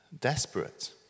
Desperate